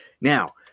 Now